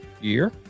year